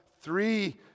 three